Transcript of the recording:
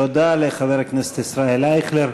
תודה לחבר הכנסת ישראל אייכלר.